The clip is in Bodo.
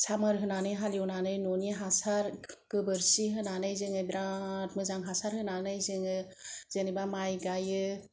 सामार होनानै हाल एवनानै न'नि हासार गोबोरखि होनानै जोङो बिराद मोजां हासार होनानै जोङो जेनेबा माइ गायो